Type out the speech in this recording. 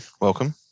Welcome